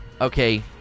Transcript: okay